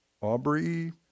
Aubrey